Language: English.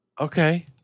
Okay